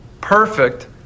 perfect